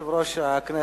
בעד,